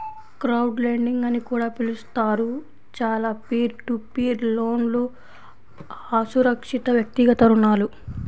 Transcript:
crowdlending అని కూడా పిలుస్తారు, చాలా పీర్ టు పీర్ లోన్లుఅసురక్షితవ్యక్తిగత రుణాలు